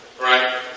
right